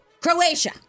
Croatia